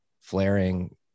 flaring